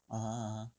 (uh huh) (uh huh)